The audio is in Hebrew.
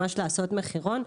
ממש לעשות מחירון,